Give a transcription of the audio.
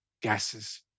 gases